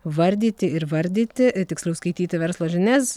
vardyti ir vardyti tiksliau skaityti verslo žinias